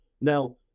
Now